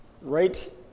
Right